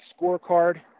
scorecard